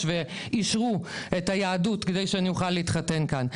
ואישרו את היהדות כדי שאני אוכל להתחתן כאן,